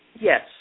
Yes